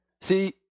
See